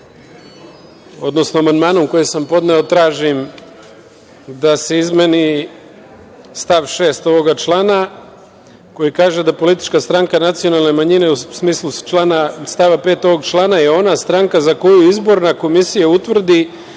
odnosno amandmanom koji sam podneo tražim da se izmeni stav 6. ovoga člana koji kaže – da politička stranka nacionalne manjine u smislu stava 5. ovog člana je ona stranka za koju izborna komisija utvrdi